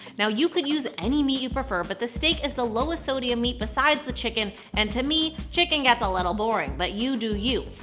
now you could use any meat you prefer, but the steak is the lowest sodium meat besides the chicken, and to me, chicken gets a little boring. but you do you.